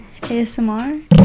ASMR